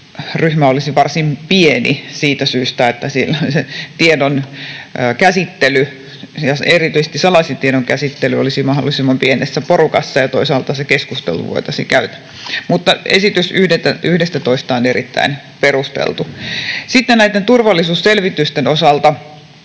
ryhmä olisi varsin pieni, siitä syystä että tiedon käsittely ja erityisesti salaisen tiedon käsittely olisi mahdollisimman pienessä porukassa ja toisaalta ne keskustelut voitaisiin käydä. Mutta esitys 11:stä on erittäin perusteltu. Sitten näitten turvallisuusselvitysten osalta: